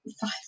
five